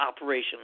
Operation